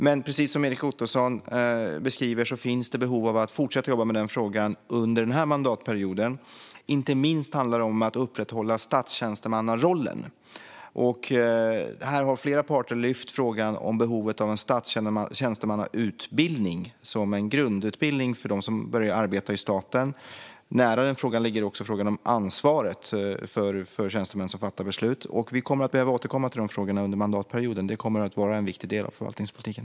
Men som Erik Ottoson beskriver finns det behov av att fortsätta jobba med frågan under denna mandatperiod. Inte minst handlar det om att upprätthålla statstjänstemannarollen. Flera parter har lyft frågan om behovet av en statstjänstemannautbildning, som en grundutbildning för dem som börjar arbeta i staten. Nära den frågan ligger också frågan om ansvaret för tjänstemän som fattar beslut. Vi kommer att behöva återkomma till dessa frågor under mandatperioden. De kommer att vara en viktig del av förvaltningspolitiken.